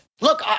Look